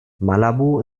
malabo